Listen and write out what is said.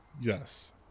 Yes